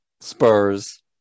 Spurs